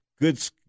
Good